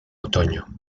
otoño